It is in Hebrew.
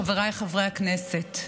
חבריי חברי הכנסת,